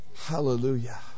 hallelujah